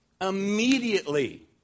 Immediately